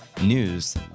News